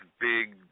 big